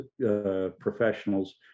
professionals